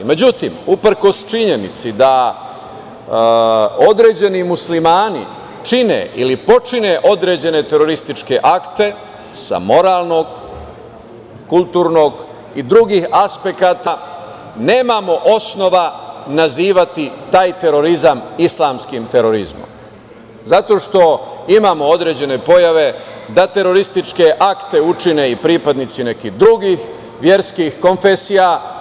Međutim, uprkos činjenici da određeni Muslimani čine ili počine određene terorističke akte sa moralnog, kulturnog i drugih aspekata nemamo osnova nazivati taj terorizam islamskim terorizmom, zato što imamo određene pojave da terorističke akte učine i pripadnici nekih drugih verskih konfesija.